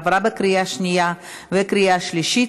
עברה בקריאה שנייה וקריאה שלישית,